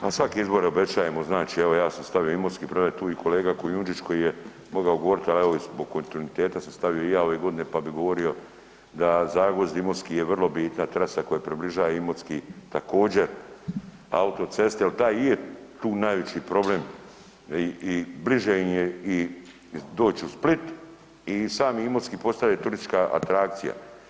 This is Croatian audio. Pa svake izbore obećajemo, znači evo ja sam stavio Imotski premda je tu i kolega Kujundžić koji je mogao govorit, ali evo i zbog kontinuiteta sam stavio i ja ove godine, pa bi govorio da Zagvozd-Imotski je vrlo bitna transa koja približaje Imotski također autoceste jel taj i je tu najveći problem i, i bliže im je, i doć u Split i sam Imotski postaje turistička atrakcija.